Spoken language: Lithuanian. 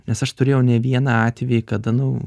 nes aš turėjau ne vieną atvejį kada nu